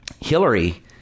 Hillary